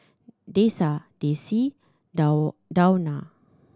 Dessa Desi Dawna